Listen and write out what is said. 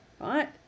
right